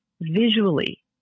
visually